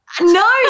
No